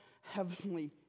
heavenly